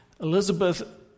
Elizabeth